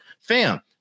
Fam